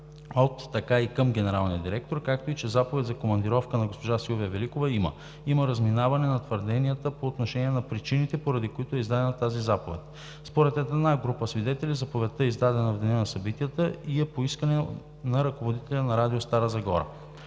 от, така и към генералния директор, както и че заповед за командировка на госпожа Силвия Великова има. Има разминаване в твърденията по отношение на причините, поради които е издадена тази заповед. Според едната група свидетели заповедта е издадена в деня на събитията и е по искане на ръководителя на Радио „Стара Загора“.